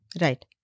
Right